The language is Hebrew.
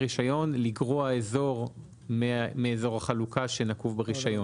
לגרוע אזור מאזור החלוקה שנקוב ברישיון.